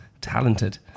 Talented